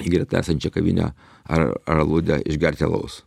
į greta esančią kavinę ar ar aludę išgerti alaus